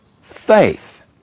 faith